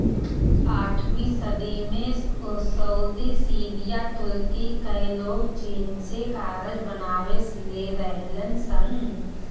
आठवीं सदी में सऊदी, सीरिया, तुर्की कअ लोग चीन से कागज बनावे सिले रहलन सन